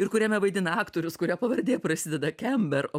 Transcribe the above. ir kuriame vaidina aktorius kurio pavardė prasideda kember o